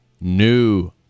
new